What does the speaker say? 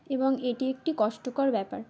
এবং এটি একটি কষ্টকর ব্যাপার